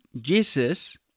Jesus